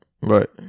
right